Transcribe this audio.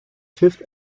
fifth